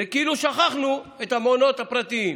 וכאילו שכחנו את המעונות הפרטיים.